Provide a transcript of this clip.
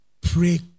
pray